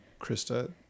krista